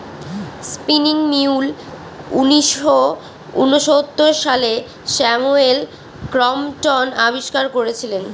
spinning mule উনিশশো ঊনসত্তর সালে স্যামুয়েল ক্রম্পটন আবিষ্কার করেছিলেন